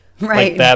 right